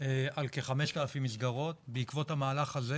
על כ-5,000 מסגרות, בעקבות המהלך הזה